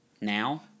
Now